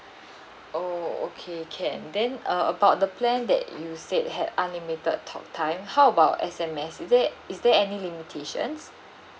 oh okay can then uh about the plan that you said had unlimited talk time how about S_M_S is there is there any limitations